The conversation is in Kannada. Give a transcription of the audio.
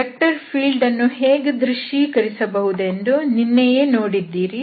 ವೆಕ್ಟರ್ ಫೀಲ್ಡ್ ಅನ್ನು ಹೇಗೆ ದೃಶ್ಯೀಕರಿಸಬಹುದೆಂದು ನಿನ್ನೆಯೇ ನೋಡಿದ್ದೀರಿ